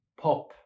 pop